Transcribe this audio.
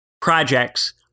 projects